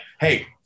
Hey